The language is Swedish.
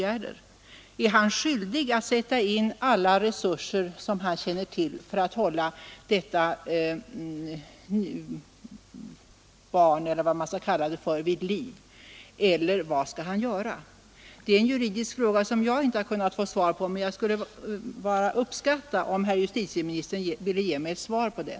Är han skyldig att sätta in alla resurser som han känner till för att hålla detta barn eller vad man skall kalla det för vid liv? Eller vad skall han göra? Det är en juridisk fråga som jag inte har kunnat få svar på. Jag skulle uppskatta om herr justitieministern ville ge mig ett svar på den.